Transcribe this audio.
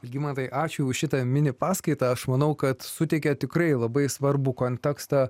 algimantai ačiū už šitą mini paskaitą aš manau kad suteikė tikrai labai svarbų kontekstą